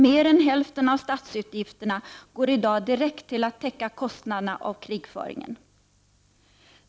Mer än hälften av statsutgifterna går i dag direkt till att täcka kostnaderna för krigföringen.